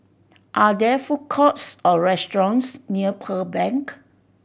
are there food courts or restaurants near Pearl Bank